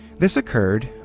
this occurred,